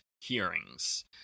hearings